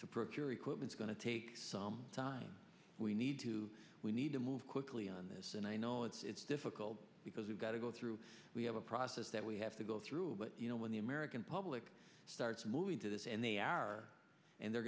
procure equipment going to take some time we need to we need to move quickly on this and i know it's difficult because we've got to go through we have a process that we have to go through but you know when the american public starts moving to this and they are and they're